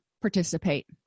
participate